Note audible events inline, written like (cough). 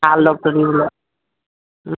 ভাল ডক্তৰ (unintelligible)